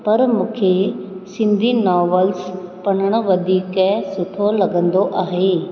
पर मूंखे सिंधी नॉवेल्स पढ़णु वधीक सुठो लॻंदो आहे